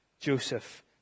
joseph